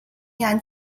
巡洋舰